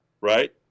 right